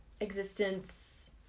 existence